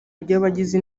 ry’abagize